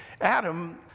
Adam